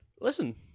listen